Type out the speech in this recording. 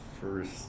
first